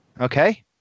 Okay